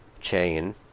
chain